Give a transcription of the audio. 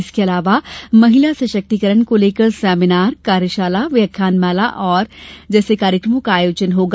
इसके अलावा महिला सशक्तिकरण को लेकर सेमीनार कार्यशाला व्याख्यानमाला जैसे कार्यक्रमों का आयोजन होगा